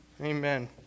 Amen